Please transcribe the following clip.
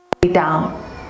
down